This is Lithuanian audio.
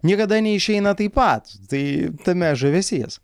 niekada neišeina taip pat tai tame žavesys